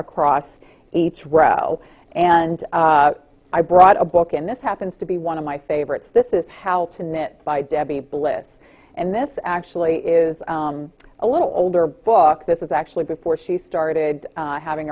across each row and i brought a book and this happens to be one of my favorites this is how to knit by debbie blitz and this actually is a little older book this is actually before she started having